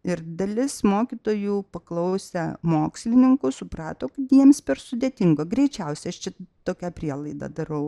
ir dalis mokytojų paklausę mokslininkų suprato kad jiems per sudėtinga greičiausia aš čia tokią prielaidą darau